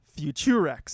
Futurex